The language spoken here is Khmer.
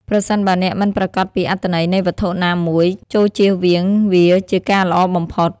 ប្រសិនបើអ្នកមិនប្រាកដពីអត្ថន័យនៃវត្ថុណាមួយ ចូរជៀសវាងវាជាការល្អបំផុត។